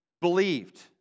believed